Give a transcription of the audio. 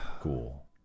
Cool